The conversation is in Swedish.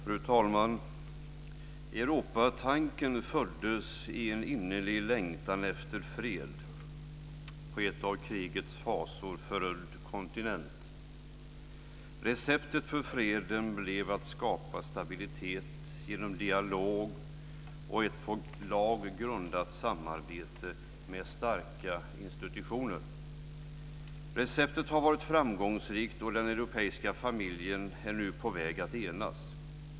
Fru talman! Europatanken föddes i en innerlig längtan efter fred på en av krigets fasor förödd kontinent. Receptet för freden blev att skapa stabilitet genom dialog och ett på lag grundat samarbete med starka institutioner. Receptet har varit framgångsrikt, och den europeiska familjen är nu på väg att enas.